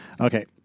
Okay